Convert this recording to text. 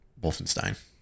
Wolfenstein